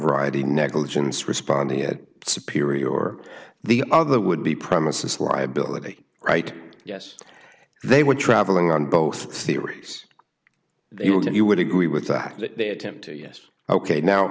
variety negligence responding at superior or the other would be premises liability right yes they were travelling on both theories and you would agree with that that they attempt to yes ok now